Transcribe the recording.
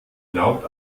glaubt